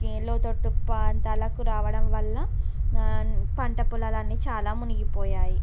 లోతట్టు ప్రాంతాలకు రావడం వల్ల పంటపొలాలు అన్నీ చాలా మునిగిపోయాయి